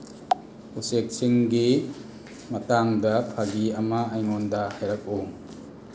ꯎꯆꯦꯛꯁꯤꯡꯒꯤ ꯃꯇꯥꯡꯗ ꯐꯥꯒꯤ ꯑꯃ ꯑꯩꯉꯣꯟꯗ ꯍꯥꯏꯔꯛꯎ